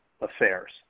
affairs